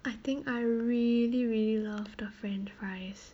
I think I really really love the french fries